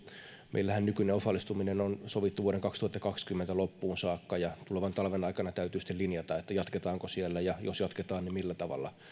meillähän nykyinen osallistuminen on sovittu vuoden kaksituhattakaksikymmentä loppuun saakka ja tulevan talven aikana täytyy sitten linjata jatketaanko siellä ja jos jatketaan niin millä tavalla